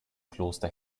kloster